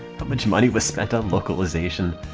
but much money was spent on localization?